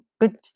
Good